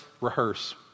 rehearse